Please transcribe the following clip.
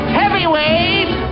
heavyweight